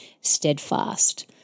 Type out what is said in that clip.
steadfast